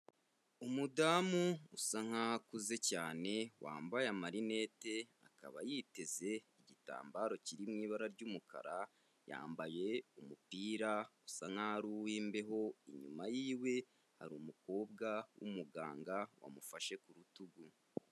Umudamu usa nkaho akuze cyane wambaye amarinete akaba yiteze igitambaro kiri mu ibara ry'umukara yambaye umupira usa nk'aho ari uwimbeho inyuma yiwe hari umukobwa wumuganga wamufashe ku rutugu.